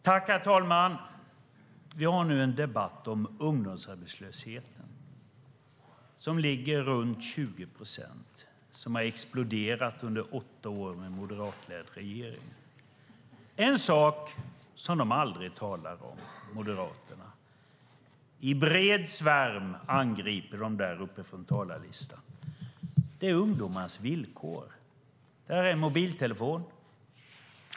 Herr talman! Vi har nu en debatt om ungdomsarbetslösheten, som ligger runt 20 procent och har exploderat under åtta år av moderatledda regeringar. En sak Moderaterna aldrig talar om när de i bred svärm angriper från talarlistan är ungdomarnas villkor. Jag håller i min hand en mobiltelefon.